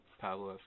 Pablo